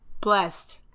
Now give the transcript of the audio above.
blessed